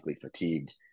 fatigued